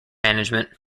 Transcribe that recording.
management